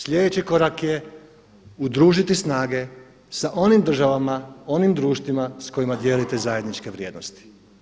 Slijedeći korak je udružiti snage sa onim državama, onim društvima s kojima dijelite zajedničke vrijednosti.